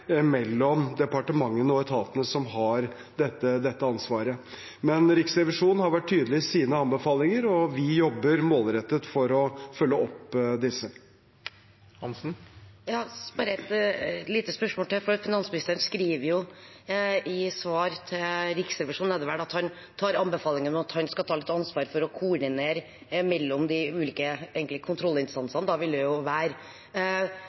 mellom departementene og etatene som har dette ansvaret. Men Riksrevisjonen har vært tydelig i sine anbefalinger, og vi jobber målrettet for å følge opp disse. Bare et lite spørsmål til: Finansministeren skriver jo i svar til Riksrevisjonen – er det vel – at han tar til følge anbefalingen om at han skal ta ansvar for å koordinere de ulike